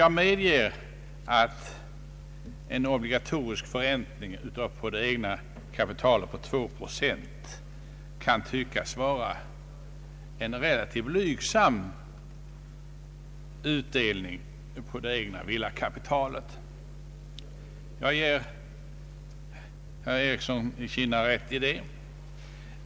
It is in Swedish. Jag medger att en obligatorisk förräntning på två procent kan tyckas vara en relativt blygsam utdelning på det egna villakapitalet. Jag ger herr Ericsson i Kinna rätt häri.